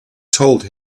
told